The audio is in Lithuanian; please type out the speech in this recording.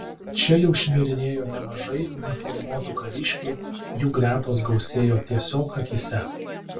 čia jau šmirinėjo nemažai uniformuotų kariškių jų gretos gausėjo tiesiog akyse